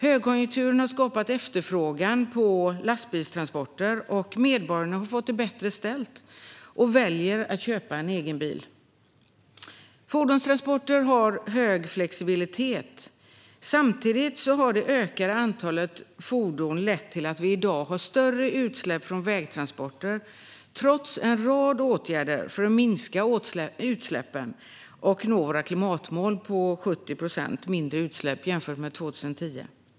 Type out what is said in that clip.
Högkonjunkturen har skapat efterfrågan på lastbilstransporter, och medborgarna har fått det bättre ställt och väljer att köpa en egen bil. Fordonstransporter ger stor flexibilitet. Samtidigt har det ökade antalet fordon lett till att vi i dag har större utsläpp från vägtransporter trots en rad åtgärder för att minska utsläppen och nå våra klimatmål på 70 procent mindre utsläpp jämfört med 2010.